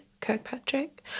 Kirkpatrick